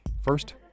First